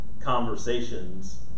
conversations